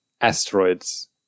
asteroids